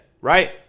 right